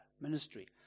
ministry